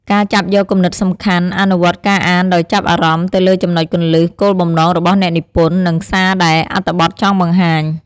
ការចាប់យកគំនិតសំខាន់ អនុវត្តការអានដោយចាប់អារម្មណ៍ទៅលើចំណុចគន្លឹះ គោលបំណងរបស់អ្នកនិពន្ធ និងសារដែលអត្ថបទចង់បង្ហាញ។